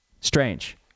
Strange